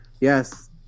Yes